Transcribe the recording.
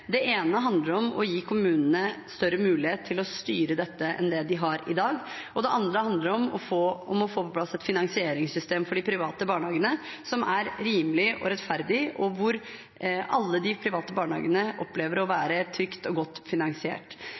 Det ene handler om å gi kommunene større mulighet til å styre dette enn det de har i dag, og det andre handler om å få på plass et finansieringssystem for de private barnehagene som er rimelig og rettferdig, og hvor alle de private barnehagene opplever å være trygt og godt finansiert.